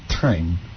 time